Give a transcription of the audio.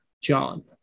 John